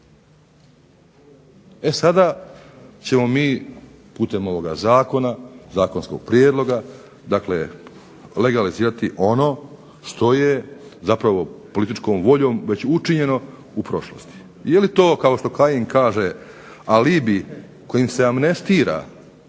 E sada ćemo mi putem ovoga zakona, zakonskog prijedloga, dakle legalizirati ono što je zapravo političkom voljom već učinjeno u prošlosti. Je li to, kao što Kajin kaže alibi kojim se amnestira